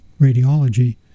radiology